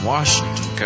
Washington